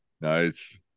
Nice